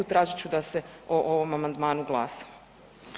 Tražit ću da se o ovom amandmanu glasa.